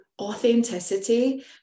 authenticity